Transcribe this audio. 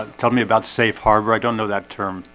and tell me about safe harbor i don't know that term.